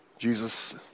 Jesus